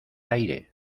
aire